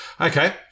Okay